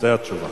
זו התשובה.